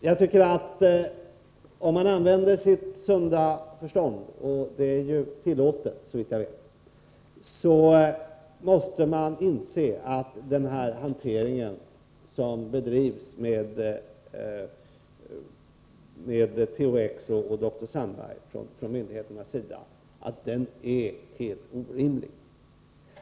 Jag tycker att om man använder sitt sunda förnuft — och det är ju tillåtet, såvitt jag vet — måste man inse att myndigheternas hantering av THX och dr Sandberg är helt orimlig.